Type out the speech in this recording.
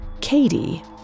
Katie